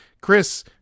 Chris